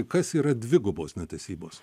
kas yra dvigubos netesybos